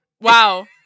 wow